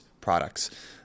products